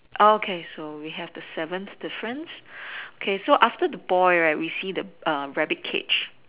okay so we have the seventh difference okay so after the boy right we see err the rabbit cage